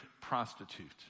prostitute